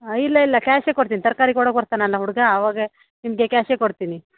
ಹಾಂ ಇಲ್ಲ ಇಲ್ಲ ಕ್ಯಾಶೆ ಕೊಡ್ತೀನಿ ತರಕಾರಿ ಕೊಡೋಕೆ ಬರ್ತಾನಲ್ಲ ಹುಡುಗ ಅವಾಗ ನಿಮಗೆ ಕ್ಯಾಶೆ ಕೊಡ್ತೀನಿ